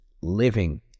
living